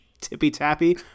Tippy-tappy